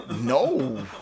No